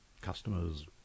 customers